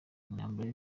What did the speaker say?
intambara